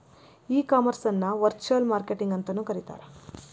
e commerce ಅನ್ನ virtual marketing ಅಂತನು ಕರೇತಾರ